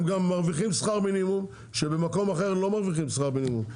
הם גם מרוויחים שכר מינימום כשבמקום אחר הם לא מרוויחים שכר מינימום.